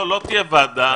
לא, לא תהיה ועדה.